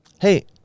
Hey